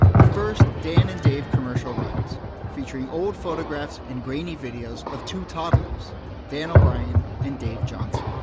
the first dan and dave commercial runs featuring old photographs and grainy videos of two toddlers dan o'brien and dave johnson.